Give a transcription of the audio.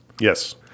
yes